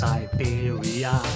Siberia